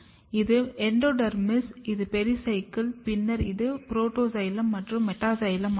இது எண்டோடெர்மிஸ் இது பெரிசைக்கிள் பின்னர் இது புரோட்டாக்ஸைலம் மற்றும் மெட்டாக்சைலம் ஆகும்